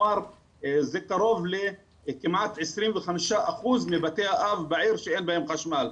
כלומר זה קרוב לכמעט 25% מבתי האב בעיר שאין בהם חשמל.